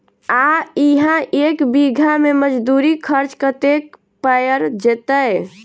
आ इहा एक बीघा मे मजदूरी खर्च कतेक पएर जेतय?